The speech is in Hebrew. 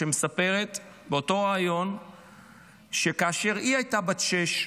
שמספרת באותו ריאיון שכאשר היא הייתה בת שש,